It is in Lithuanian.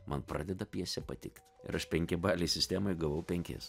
man pradeda pjesė patikt ir aš penki baliai sistemoj gavau penkis